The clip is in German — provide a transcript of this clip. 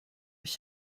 ich